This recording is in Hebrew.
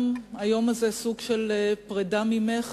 גם סוג של פרידה ממך,